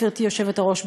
גברתי היושבת-ראש,